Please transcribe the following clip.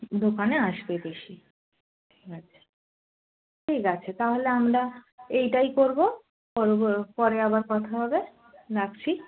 দোকানে আসবে বেশি ঠিক আছে ঠিক আছে তাহলে আমরা এইটাই করবো পর পরে আবার কথা হবে রাখছি